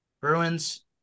Bruins